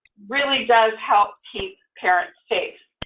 really does help keep parents safe.